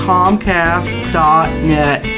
Comcast.net